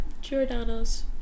Giordano's